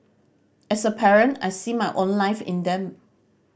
as a parent I see my own life in them